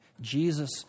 Jesus